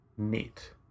Neat